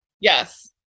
Yes